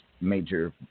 major